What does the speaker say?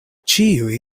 ĉiuj